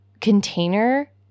container